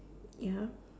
ya